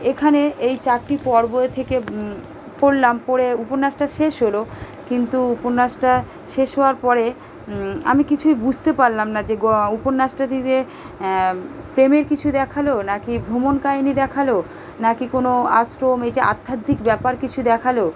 এখানে এই চারটি পর্ব থেকে পড়লাম পড়ে উপন্যাসটা শেষ হলো কিন্তু উপন্যাসটা শেষ হওয়ার পরে আমি কিছুই বুঝতে পারলাম না যে গ উপন্যাসটাটিতে প্রেমের কিছু দেখালো নাকি ভ্রমণ কাহিনি দেখালো নাকি কোনো আশ্রম এই যে আধ্যাত্মিক ব্যাপার কিছু দেখালো